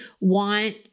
want